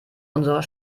unserer